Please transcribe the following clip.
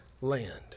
land